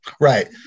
right